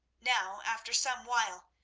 now, after some while,